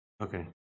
Okay